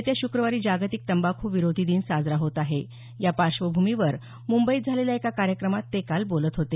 येत्या श्क्रवारी जागतिक तंबाखू विरोधी दिन साजरा होत आहे यापार्श्वभूमीवर मुंबईत झालेल्या एका कार्यक्रमात ते काल बोलत होते